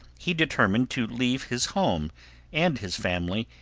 he determined to leave his home and his family,